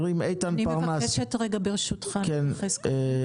מבקשת את רשות הדיבור בבקשה.